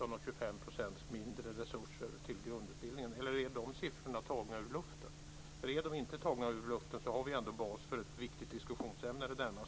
Högskolefrågorna är centrala framtidsfrågor. Kvalitetsfrågorna är centrala för att vi också ska kunna nå upp till de höga ambitioner vi har när det gäller att rekrytera nya studenter.